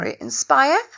inspire